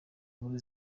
nkuru